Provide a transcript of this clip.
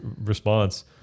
response